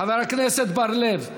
חבר הכנסת בר-לב,